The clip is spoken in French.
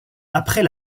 après